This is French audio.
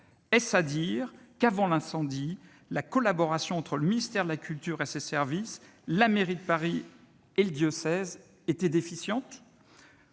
Est-ce à dire qu'avant l'incendie la collaboration entre le ministère de la culture et ses services, la mairie de Paris et le diocèse était déficiente ?